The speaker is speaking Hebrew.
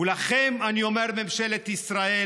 ולכם אני אומר: ממשלת ישראל,